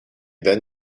then